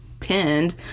pinned